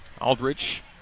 Aldrich